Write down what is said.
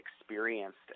experienced